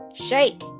Shake